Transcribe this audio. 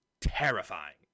terrifying